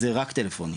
זה רק טלפונית,